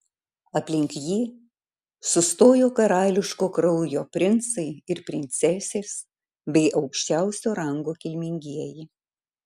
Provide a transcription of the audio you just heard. aplink jį sustojo karališko kraujo princai ir princesės bei aukščiausio rango kilmingieji